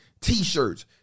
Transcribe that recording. t-shirts